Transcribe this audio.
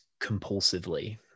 compulsively